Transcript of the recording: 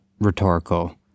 rhetorical